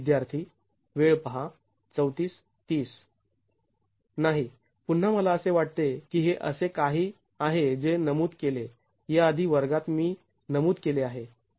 विद्यार्थी वेळ पहा ३४३० नाही पुन्हा मला असे वाटते की हे असे काही आहे जे नमूद केले याआधी वर्गात मी नमूद केले आहे